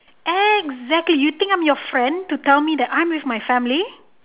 exactly you think I'm your friend to tell me that I'm with your family